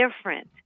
different